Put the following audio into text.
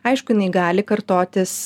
aišku jinai gali kartotis